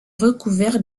recouvert